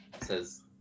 says